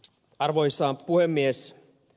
arvoisa puhemies